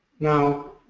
now,